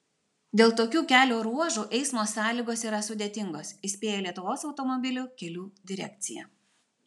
dėl tokių kelio ruožų eismo sąlygos yra sudėtingos įspėja lietuvos automobilių kelių direkcija